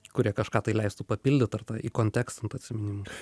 kurie kažką tai leistų papildyt arba įkontekstint atsiminimus